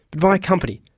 but by a company,